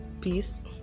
Peace